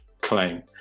claim